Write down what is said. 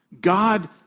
God